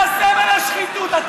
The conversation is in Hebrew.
אתה סמל השחיתות.